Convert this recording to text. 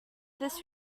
this